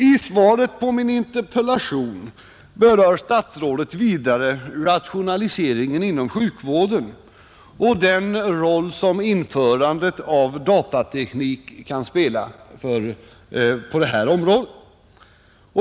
I svaret på min interpellation berör statsrådet vidare rationaliseringen inom sjukvården och den roll som införandet av datateknik kan spela på detta område.